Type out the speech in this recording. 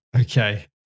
Okay